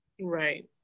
Right